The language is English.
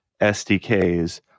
SDKs